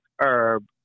herb